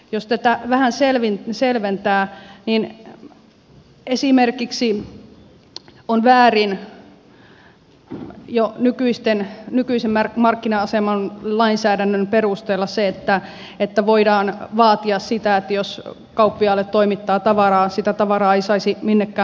jos tätä vähän selventää niin esimerkiksi on väärin jo nykyisen markkina aseman lainsäädännön perusteella se että vaaditaan sitä että jos kauppiaalle toimittaa tavaraa sitä tavaraa ei saisi minnekään muualle viedä